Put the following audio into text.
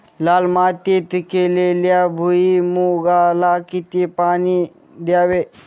लाल मातीत केलेल्या भुईमूगाला किती पाणी द्यावे?